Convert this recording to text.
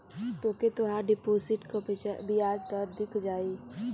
तोके तोहार डिपोसिट क बियाज दर दिख जाई